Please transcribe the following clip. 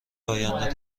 آینده